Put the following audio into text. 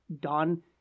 done